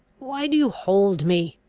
why do you hold me?